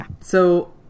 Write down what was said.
So-